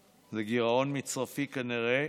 זה גירעון מצרפי, כנראה,